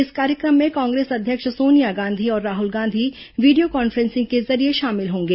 इस कार्यक्रम में कांग्रेस अध्यक्ष सोनिया गांधी और राहुल गांधी वीडियो कॉन्फ्रेंसिंग के जरिये शामिल होंगे